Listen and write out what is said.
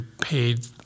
paid